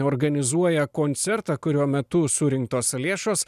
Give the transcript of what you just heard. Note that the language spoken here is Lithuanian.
organizuoja koncertą kurio metu surinktos lėšos